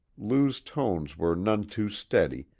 lou's tones were none too steady,